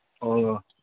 اوہ